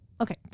okay